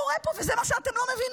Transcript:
זה מה שקורה פה, וזה מה שאתם לא מבינים.